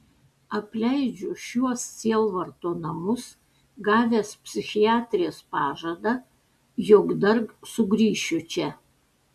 apleidžiu šiuos sielvarto namus gavęs psichiatrės pažadą jog dar sugrįšiu čia